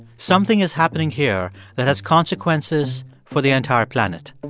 something is happening here that has consequences for the entire planet.